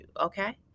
Okay